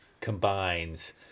combines